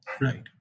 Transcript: Right